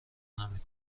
نمی